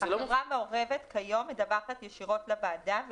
חברה מעורבת כיום מדווחת ישירות לוועדה.